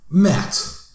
Matt